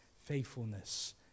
faithfulness